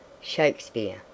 Shakespeare